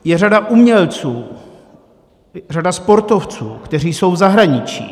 Je řada umělců, řada sportovců, kteří jsou v zahraničí.